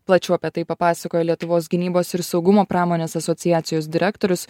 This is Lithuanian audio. plačiau apie tai papasakojo lietuvos gynybos ir saugumo pramonės asociacijos direktorius